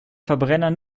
verbrenner